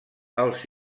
els